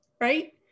right